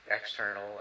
external